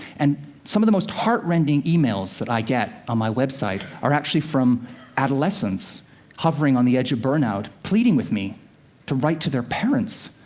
and some of the most heartrending emails that i get on my website are actually from adolescents hovering on the edge of burnout, pleading with me to write to their parents,